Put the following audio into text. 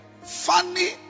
funny